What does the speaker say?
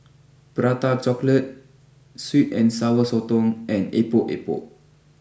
Prata chocolate sweet and Sour Sotong and Epok Epok